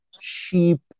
sheep